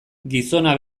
gizona